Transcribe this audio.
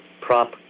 Prop